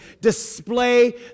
display